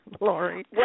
Lori